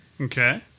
Okay